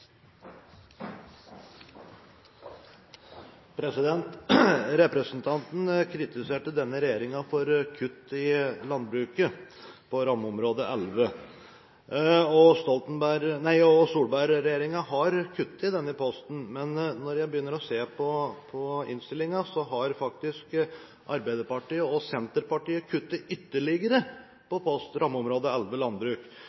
utliknet. Representanten kritiserte denne regjeringen for kutt i landbruket – på rammeområde 11. Solberg-regjeringen har kuttet denne posten, men når jeg ser på innstillingen, har faktisk Arbeiderpartiet og Senterpartiet kuttet ytterligere på rammeområde 11, landbruk.